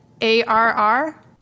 A-R-R